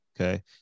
okay